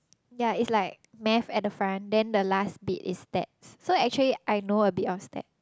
ya it's like math at the front then the last bit is stats so actually I know a bit of stats